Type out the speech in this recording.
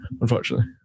Unfortunately